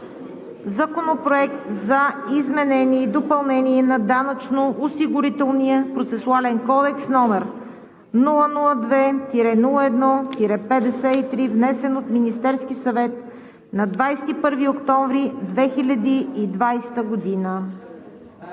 Законопроект за изменение и допълнение на Данъчно-осигурителния процесуален кодекс, № 002-01-53, внесен от Министерския съвет на 21 октомври 2020 г.